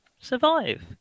survive